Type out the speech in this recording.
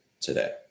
today